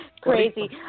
Crazy